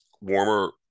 warmer